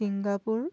Singapore